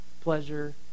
pleasure